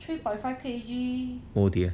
oh dear